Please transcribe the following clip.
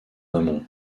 amont